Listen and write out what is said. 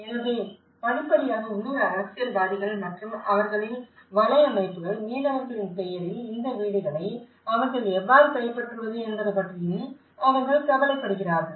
எனவே படிப்படியாக உள்ளூர் அரசியல்வாதிகள் மற்றும் அவர்களின் வலையமைப்புகள் மீனவர்களின் பெயரில் இந்த வீடுகளை அவர்கள் எவ்வாறு கைப்பற்றுவது என்பது பற்றியும் அவர்கள் கவலைப்படுகிறார்கள்